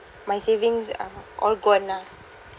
my savings are all gone lah